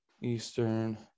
Eastern